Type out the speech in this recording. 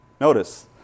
Notice